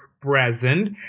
present